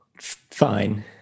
Fine